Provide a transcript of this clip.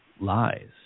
lies